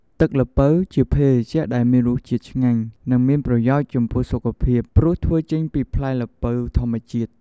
ទឹកល្ពៅជាភេសជ្ជៈដែលមានរសជាតិឆ្ងាញ់ និងមានប្រយោជន៍ចំពោះសុខភាព ព្រោះធ្វើចេញពីផ្លែល្ពៅធម្មជាតិ។